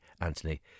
Anthony